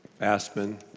Aspen